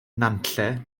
nantlle